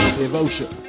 devotion